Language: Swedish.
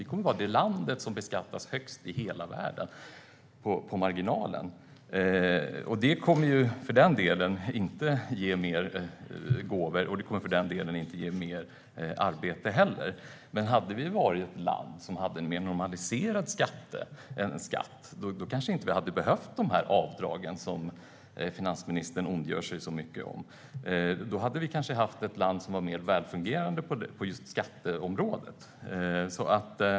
Vi kommer att vara det land i hela världen som beskattas högst på marginalen. Det kommer inte att innebära mer gåvor, och det kommer inte att ge mer arbete heller. Hade vi varit ett land med en mer normaliserad skatt kanske vi inte skulle ha behövt de avdrag som finansministern nu ondgör sig så mycket över. Då hade vi kanske haft ett land som var mer välfungerande på just skatteområdet.